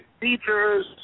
Features